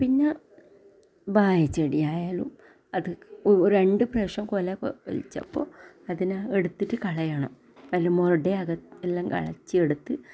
പിന്നെ വായച്ചെടി ആയാലും അത് രണ്ട് പ്രാവശ്യം കൊല കാഴ്ച്ചപ്പോൾ അതിനെ എട്ത്തിറ്റ് കളയണം അതിൻ്റെ മൊട എല്ലാം കളച്ചെടുത്ത്